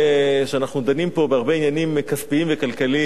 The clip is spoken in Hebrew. כשאנחנו דנים פה בהרבה עניינים כספיים וכלכליים,